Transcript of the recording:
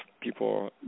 people